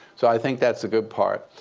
so i think that's the good part.